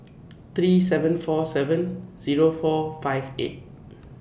three seven four seven Zero four five eight